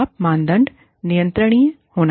माप मानदंड नियंत्रणीय होना चाहिए